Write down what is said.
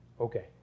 Okay